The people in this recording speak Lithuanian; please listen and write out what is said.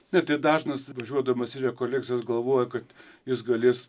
na tai dažnas važiuodamas į rekolekcijas galvoju kad jis galės